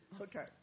Okay